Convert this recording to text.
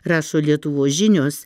rašo lietuvos žinios